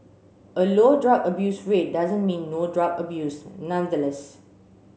a low drug abuse rate doesn't mean no drug abuse nonetheless